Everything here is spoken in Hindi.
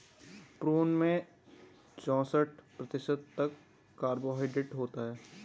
प्रून में चौसठ प्रतिशत तक कार्बोहायड्रेट होता है